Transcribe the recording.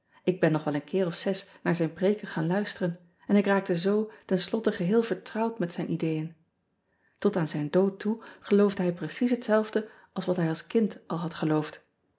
k ben nog wel een keer of zes naar zijn preeken gaan luisteren en ik raakte zoo tenslotte geheel vertrouwd met zijn ideeën ot aan zijn dood toe geloofde hij precies hetzelfde als wat hij als kind al had geloofd